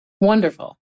Wonderful